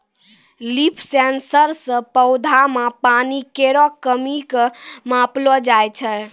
leaf sensor सें पौधा म पानी केरो कमी क मापलो जाय छै